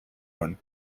one